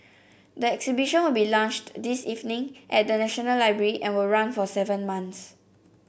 the exhibition will be launched this evening at the National Library and will run for seven months